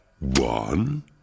One